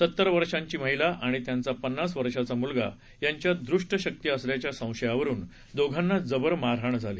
सत्तर वर्षाची महिला आणि त्यांचा पन्नास वर्षाचा म्लगा यांच्यात द्रष्ट शक्ति असल्याच्या संशयावरुन दोघांना जबर मारहाण झाली